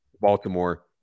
Baltimore